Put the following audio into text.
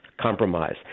compromise